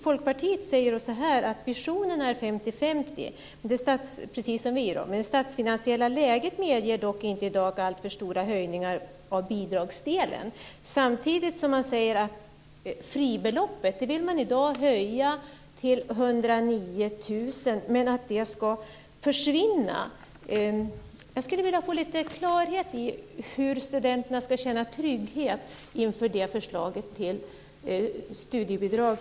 Folkpartiet säger att visionen är 50-50, precis som vi, men att det statsfinansiella läget i dag inte medger alltför stora höjningar av bidragsdelen. Samtidigt säger man att man vill höja fribeloppet till 109 000 kr, men att det ska försvinna. Jag skulle vilja få klarhet i hur studenterna ska känna trygghet inför det förslaget till studiebidrag.